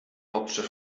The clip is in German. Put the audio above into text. hauptstadt